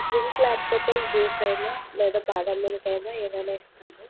drink లేకపోతే juice అయినా లేదా బాదం మిల్క్ అయినా ఏదైనా ఇస్తాము